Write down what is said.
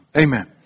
Amen